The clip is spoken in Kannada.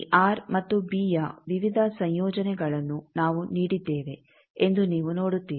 ಈ ಆರ್ ಮತ್ತು ಬಿಯ ವಿವಿಧ ಸಂಯೋಜನೆಗಳನ್ನು ನಾವು ನೀಡಿದ್ದೇವೆ ಎಂದು ನೀವು ನೋಡುತ್ತೀರಿ